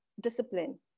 discipline